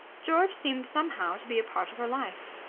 george seemed somehow to be part of her life.